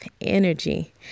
energy